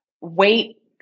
wait